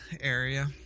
area